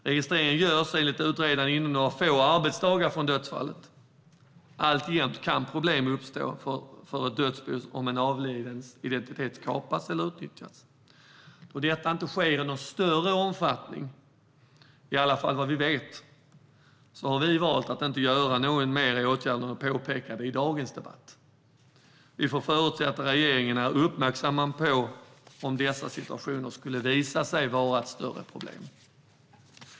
Registreringen görs, enligt utredaren, inom några få arbetsdagar från dödsfallet. Alltjämt kan problem uppstå för ett dödsbo om en avlidens identitet kapas eller utnyttjas. Då detta inte sker i någon större omfattning - i alla fall vad vi vet - har vi valt att inte göra något mer än att påpeka det i dagens debatt. Vi förutsätter att regeringen är uppmärksam på detta, ifall dessa situationer skulle visa sig bli ett större problem.